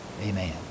Amen